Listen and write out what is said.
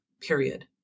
period